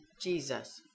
Jesus